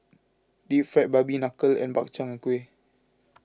Deep Fried Knuckle and Bak Chang and Kuih